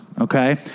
okay